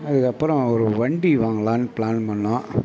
அதுக்கப்புறம் ஒரு வண்டி வாங்கலாம்னு ப்ளான் பண்ணிணோம்